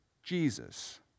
Jesus